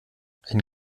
ein